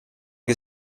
que